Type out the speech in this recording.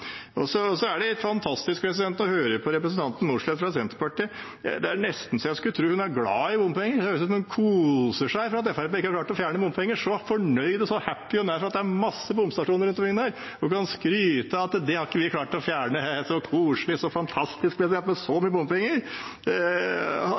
fantastisk å høre på representanten Mossleth fra Senterpartiet. Det er nesten så jeg skulle tro hun er glad i bompenger. Det høres ut som hun koser seg over at Fremskrittspartiet ikke har klart å fjerne bompenger – så fornøyd og så happy som hun er over at det er mange bompengestasjoner rundt omkring. Og hun skryter av at vi ikke har klart å fjerne dem. Så koselig, så fantastisk med så